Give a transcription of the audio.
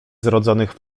zrodzonych